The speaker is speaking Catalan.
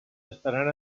estaran